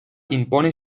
impone